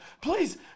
Please